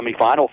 semifinal